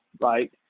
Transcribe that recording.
right